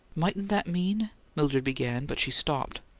mightn't that mean? mildred began, but she stopped.